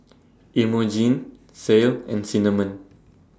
Imogene Ceil and Cinnamon